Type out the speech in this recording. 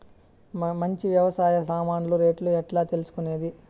మంచి వ్యవసాయ సామాన్లు రేట్లు ఎట్లా తెలుసుకునేది?